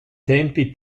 tempi